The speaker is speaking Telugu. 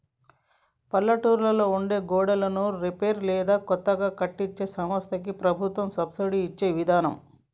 పల్లెటూళ్లలో ఉండే గోడన్లను రిపేర్ లేదా కొత్తగా కట్టే సంస్థలకి ప్రభుత్వం సబ్సిడి ఇచ్చే విదానం